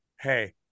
hey